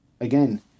again